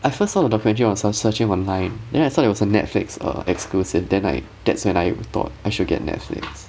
I first thought of the of self searching online then I thought it was a netflix err exclusive then I that's when I thought I should get netflix